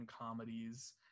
comedies